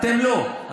אתם לא,